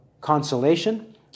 consolation